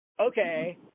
okay